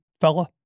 fella